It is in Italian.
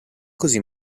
così